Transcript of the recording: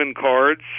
cards